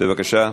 בבקשה.